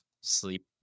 sleep